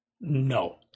No